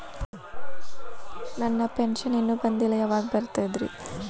ನನ್ನ ಪೆನ್ಶನ್ ಇನ್ನೂ ಬಂದಿಲ್ಲ ಯಾವಾಗ ಬರ್ತದ್ರಿ?